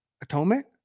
atonement